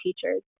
teachers